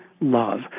love